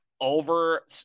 Over